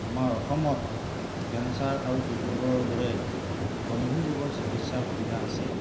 আমাৰ অসমত কেঞ্চাৰ আৰু হৃদৰোগৰ দৰে গম্ভীৰ ৰোগৰ চিকিৎসাৰ সুবিধা আছে